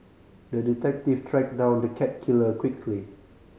the detective tracked down the cat killer quickly